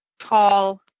tall